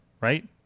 right